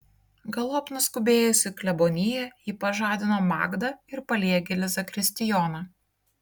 galop nuskubėjusi į kleboniją ji pažadino magdą ir paliegėlį zakristijoną